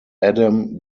adam